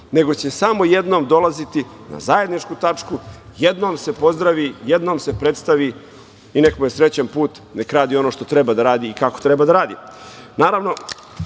nego će samo jednom dolaziti na zajedničku tačku, jednom se pozdravi, jednom se predstavi i nek mu je srećan put, nek radi ono što treba da radi i kako treba da